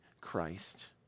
Christ